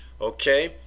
Okay